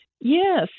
yes